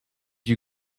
you